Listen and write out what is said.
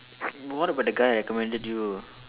what about the guy I recommended you